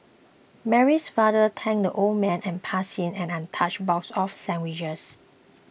Mary's father thanked the old man and passed him an untouched box of sandwiches